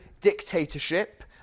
dictatorship